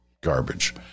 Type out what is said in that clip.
garbage